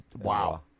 Wow